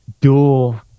dual